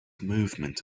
movement